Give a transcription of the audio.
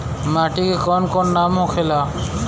माटी के कौन कौन नाम होखे ला?